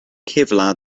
kevlar